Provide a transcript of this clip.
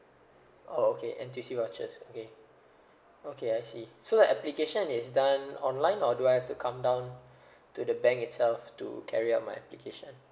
oh okay N_T_U_C vouchers okay okay I see so the application is done online or do I have to come down to the bank itself to carry out my application